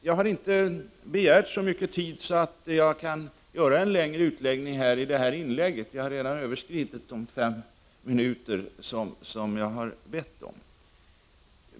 Jag har inte antecknat mig för så mycket tid att jag kan göra en längre uppläggning i detta inlägg. Jag har redan överskridit de fem minuter som jag har bett om.